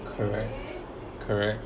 correct correct